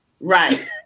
right